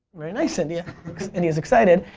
very nice, india. india is excited.